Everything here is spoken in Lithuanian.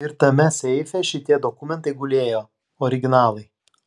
ir tame seife šitie dokumentai gulėjo originalai